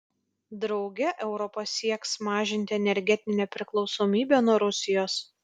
drauge europa sieks mažinti energetinę priklausomybę nuo rusijos